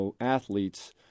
athletes